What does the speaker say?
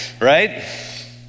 right